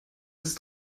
ist